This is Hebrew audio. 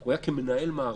הוא היה כמנהל מערכת,